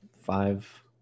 five